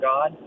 God